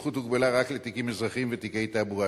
הסמכות הוגבלה רק לתיקים אזרחיים ותיקי תעבורה,